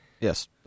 Yes